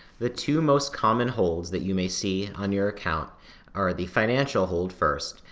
the two most common holds that you may see and on your account are the financial hold, first,